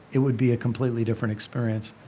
it would be a completely different experience